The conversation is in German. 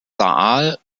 saal